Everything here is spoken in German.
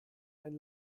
ein